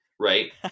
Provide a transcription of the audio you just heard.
right